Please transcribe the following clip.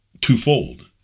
twofold